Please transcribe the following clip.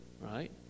right